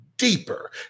deeper